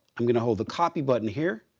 i'm going to hold the copy button here,